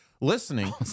listening